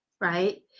Right